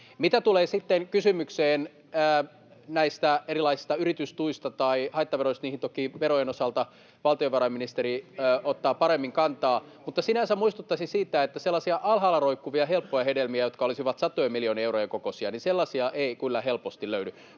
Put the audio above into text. Mitä tulee sitten kysymykseen näistä erilaisista yritystuista tai haittaveroista, niin niihin toki verojen osalta valtiovarainministeri ottaa paremmin kantaa, mutta sinänsä muistuttaisin, että sellaisia alhaalla roikkuvia helppoja hedelmiä, jotka olisivat satojen miljoonien eurojen kokoisia, ei kyllä helposti löydy.